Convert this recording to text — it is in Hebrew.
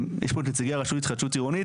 יש פה את נציגי הרשות להתחדשות עירונית,